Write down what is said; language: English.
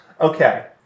Okay